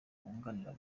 wunganira